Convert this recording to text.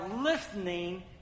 listening